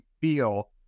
feel